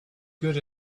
good